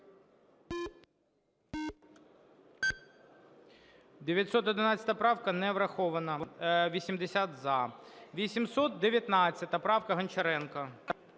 911 правка не врахована. 80 – за. 819 правка, Гончаренка.